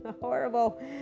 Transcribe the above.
Horrible